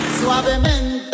suavemente